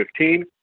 2015